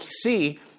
see